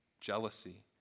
jealousy